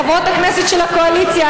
חברות הכנסת של הקואליציה,